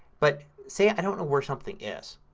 but say i don't know where something is.